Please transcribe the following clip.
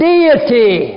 Deity